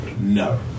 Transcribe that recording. No